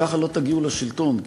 ככה לא תגיעו לשלטון,